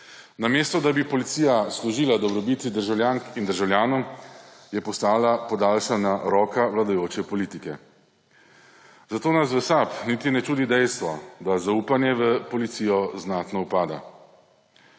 Namesto, da bi policija služila dobrobiti državljank in državljanov, je postala podaljšana roka vladajoče politike. Zato nas v SAB niti ne čudi dejstvo, da zaupanje v policijo znatno upada.